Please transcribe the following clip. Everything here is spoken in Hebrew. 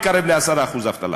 קריית-שמונה, מתקרב ל-10% אבטלה.